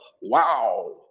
wow